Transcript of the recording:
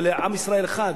ולעם ישראל אחד.